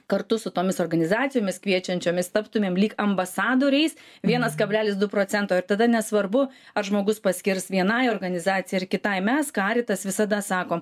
kartu su tomis organizacijomis kviečiančiomis taptumėm lyg ambasadoriais vienas kablelis du procento ir tada nesvarbu ar žmogus paskirs vienai organizacijai ar kitai mes karitas visada sakom